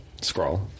scroll